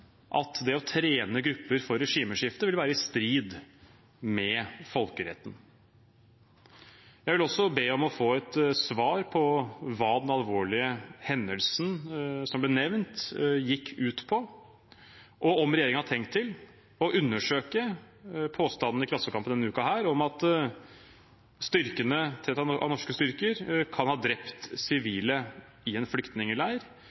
å trene grupper for regimeskifte som å være i strid med folkeretten. Jeg vil også be om å få et svar på hva den alvorlige hendelsen som ble nevnt, gikk ut på, og om regjeringen har tenkt å undersøke påstanden i Klassekampen denne uken om at styrkene, trent av norske styrker, kan ha drept sivile i en flyktningleir.